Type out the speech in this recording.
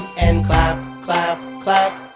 and clap, clap, clap.